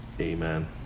Amen